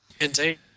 Indeed